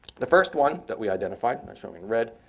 the first one that we identified, and i've shown in red,